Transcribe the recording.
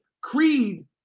Creed